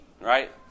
right